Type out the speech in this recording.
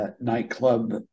nightclub